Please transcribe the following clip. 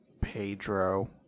Pedro